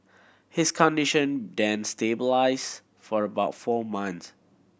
his condition then stabilised for about four months